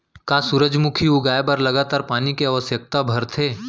का सूरजमुखी उगाए बर लगातार पानी के आवश्यकता भरथे?